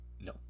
No